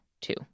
two